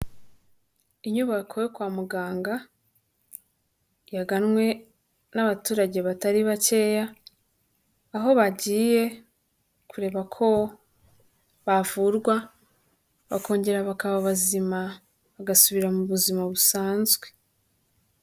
Inyubako yo kwa muganga yaganwe n'abaturage batari bakeya, aho bagiye kureba ko bavurwa bakongera bakaba bazima bagasubira mu buzima busanzwe.